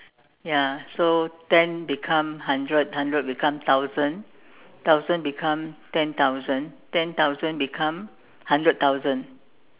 ya so ten become hundred hundred become thousand thousand become ten thousand ten thousand become hundred thousand